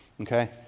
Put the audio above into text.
Okay